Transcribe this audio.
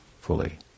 fully